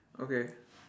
okay